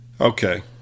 Okay